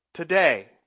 Today